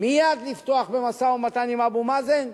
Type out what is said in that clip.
לפתוח מייד במשא-ומתן עם אבו מאזן,